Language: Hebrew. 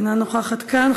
אינה נוכחת כאן,